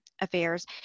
Affairs